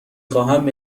خواهم